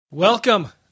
Welcome